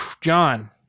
John